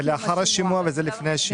זה לאחר השימוע וזה לפני השימוע.